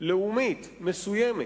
לאומית מסוימת